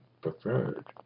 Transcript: preferred